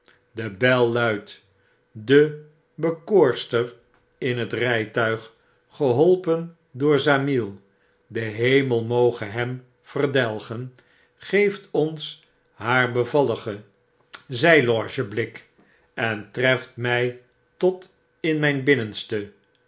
de bel luidt de bekoorster in het rgtuig geholpen door zamiel de hemel moge hem verdelgen geeft ons haar bevalligen zyloge blik en treft mg tot in mjjn binnenste